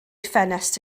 ffenest